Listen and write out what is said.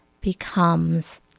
becomes